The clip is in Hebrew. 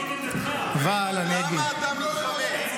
אבל אני אגיד --- למה אתה מתחמק?